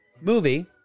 movie